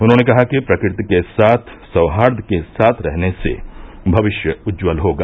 उन्होंने कहा कि प्रकृति के साथ सौहार्द के साथ रहने से भविष्य उज्जवल होगा